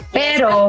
pero